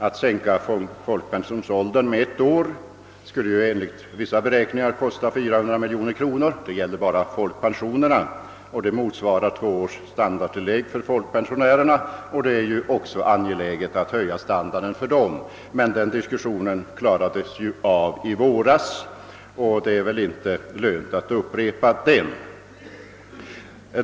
Att sänka folkpensionsåldern med ett år skulle enligt vissa beräkningar kosta 400 miljoner kronor i enbart folkpensioner. Detta motsvarar två års standardtillägg för folkpensionärerna, och det är också angeläget att höja standarden för dem. Den diskussionen klarade vi av i våras, varför det inte är lönt att nu upprepa den.